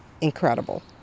incredible